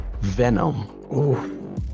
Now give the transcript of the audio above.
Venom